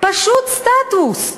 פשוט סטטוס,